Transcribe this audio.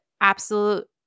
absolute